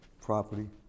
property